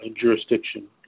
jurisdiction